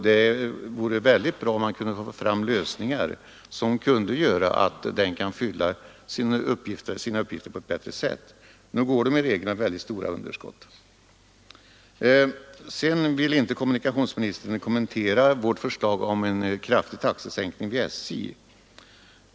Det vore bra om man fick till stånd lösningar som gjorde att den kunde fylla sina uppgifter på ett bättre sätt; nu går stadsbusstrafiken med stora underskott. Kommunikationsministern ville inte kommentera vårt förslag om en kraftig taxesänkning vid SJ.